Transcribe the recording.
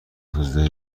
توضیح